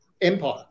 empire